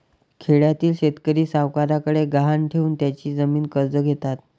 खेड्यातील शेतकरी सावकारांकडे गहाण ठेवून त्यांची जमीन कर्ज घेतात